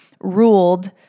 ruled